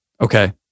Okay